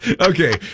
Okay